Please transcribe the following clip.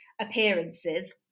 appearances